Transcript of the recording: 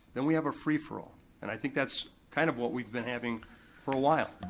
then we have a free-for-all. and i think that's kind of what we've been having for a while.